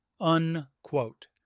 unquote